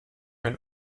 will